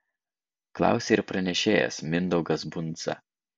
klausė ir pranešėjas mindaugas bundza